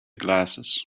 glasses